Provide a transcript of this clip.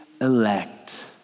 elect